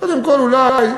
קודם כול, אולי,